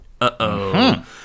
Uh-oh